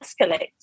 escalate